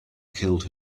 killed